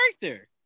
character